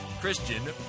Christian